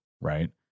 right